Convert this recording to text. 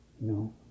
no